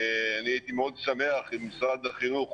אני הייתי מאוד שמח אם משרד החינוך